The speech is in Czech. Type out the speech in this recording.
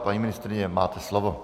Paní ministryně, máte slovo.